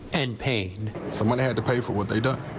and pain someone had to pay for what they've done.